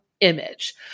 image